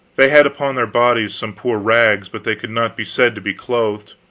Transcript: they had upon their bodies some poor rags, but they could not be said to be clothed.